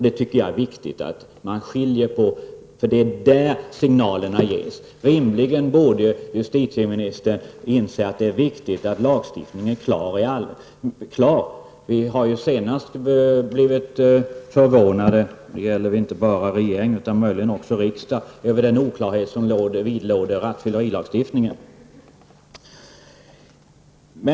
Det är viktigt att man skiljer på detta. Det är där signalerna ges. Justitieministern borde rimligen inse att det är viktigt att lagstiftningen är klar. Vi har nu senast blivit förvånade -- det gäller inte bara regering utan möjligen också riksdag -- över den oklarhet som vidlåder rattfyllerilagstiftningen.